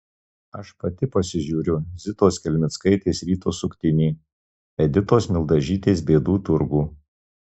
aš pati pasižiūriu zitos kelmickaitės ryto suktinį editos mildažytės bėdų turgų